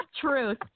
Truth